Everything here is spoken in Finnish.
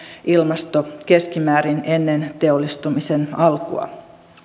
ilmasto keskimäärin ennen teollistumisen alkua